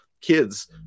Kids